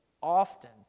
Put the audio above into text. often